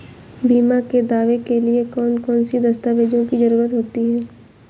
बीमा के दावे के लिए कौन कौन सी दस्तावेजों की जरूरत होती है?